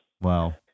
Wow